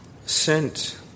sent